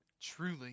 truly